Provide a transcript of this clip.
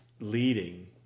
leading